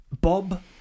Bob